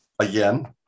again